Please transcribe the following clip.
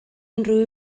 unrhyw